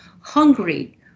hungry